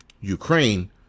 ukraine